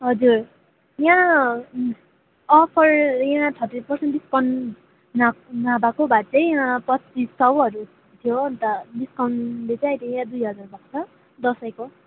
हजुर यहाँ अफर यहाँ थर्टी पर्सेन्ट डिस्काउन्ट नभएको भए चाहिँ पच्चिस सयहरू थियो अन्त डिस्काउन्टले चाहिँ यहाँ दुई हजार भएको छ दसैँको